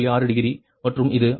6 degree மற்றும் இது 58